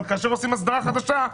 אבל כשעושים אסדרה חדשה,